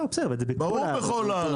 ברור שבכל הארץ.